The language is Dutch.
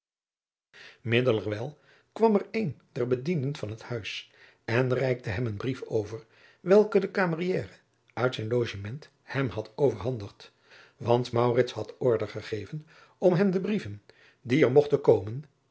middelerwijl kwam er een der bedienden van het huis en reikte hem een brief over welken de camieriere uit zijn logement hem had overhandigd want maurits had order gegeven om hem de brieven die er mogten komen